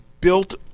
built